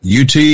UT